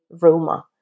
Roma